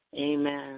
Amen